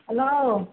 hello